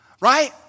right